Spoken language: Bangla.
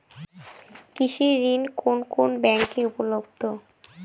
কৃষি ঋণ কোন কোন ব্যাংকে উপলব্ধ?